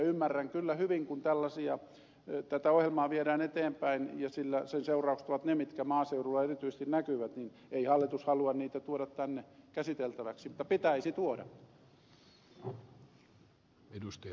ymmärrän kyllä hyvin kun tätä ohjelmaa viedään eteenpäin ja sen seuraukset ovat ne mitkä maaseudulla erityisesti näkyvät ettei hallitus halua sitä tuoda tänne käsiteltäväksi mutta pitäisi tuoda